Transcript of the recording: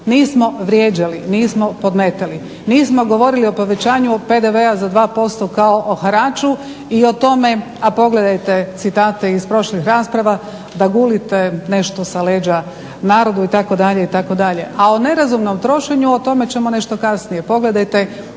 nismo vrijeđali, nismo podmetali, nismo govorili o povećanju PDV-a za 2% kao o haraču i o tome, a pogledajte citate iz prošlih rasprava da gulite nešto sa leđa narodu itd. itd. A o nerazumnom trošenju o tome ćemo nešto kasnije.